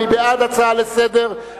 מי בעד ההצעה לסדר-היום?